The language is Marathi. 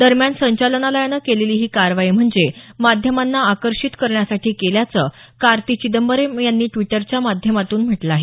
दरम्यान संचालनालयानं केलेली ही कारवाई म्हणजे माध्यमांना आकर्षिक करण्यासाठी केल्याचं कार्ति चिदंबरम यांनी ड्विटरच्या माध्यमातून म्हटलं आहे